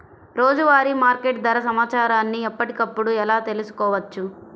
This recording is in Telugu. రోజువారీ మార్కెట్ ధర సమాచారాన్ని ఎప్పటికప్పుడు ఎలా తెలుసుకోవచ్చు?